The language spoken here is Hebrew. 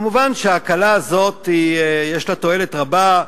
מובן שההקלה הזאת יש בה תועלת רבה.